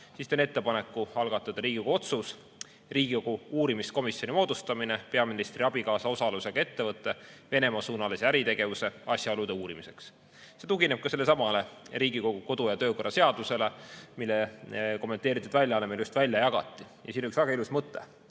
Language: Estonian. teen ettepaneku algatada Riigikogu otsus "Riigikogu uurimiskomisjoni moodustamine peaministri abikaasa osalusega ettevõtte Venemaa-suunalise äritegevuse asjaolude uurimiseks". See tugineb sellelesamale Riigikogu kodu- ja töökorra seadusele, mille kommenteeritud väljaanne meile just välja jagati. Ja siin on üks väga ilus mõte: